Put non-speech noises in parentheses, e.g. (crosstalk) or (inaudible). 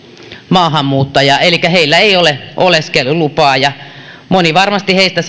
maahanmuuttajaa elikkä heillä ei ole oleskelulupaa ja varmasti moni heistä (unintelligible)